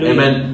Amen